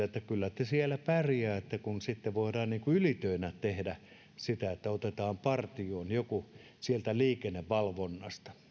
että kyllä te siellä pärjäätte kun sitten voidaan ylitöinä tehdä sitä että otetaan partioon joku sieltä liikennevalvonnasta